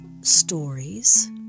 stories